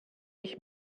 ich